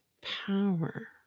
power